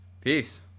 peace